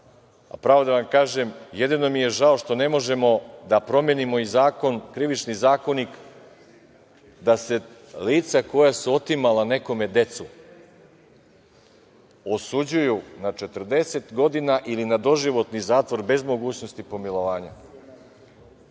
a pravo da vam kažem, jedino mi je žao što ne možemo da promenimo i Krivični zakonik, da se lica koja su otimala nekome decu osuđuju na 40 godina ili na doživotni zatvor bez mogućnosti pomilovanja,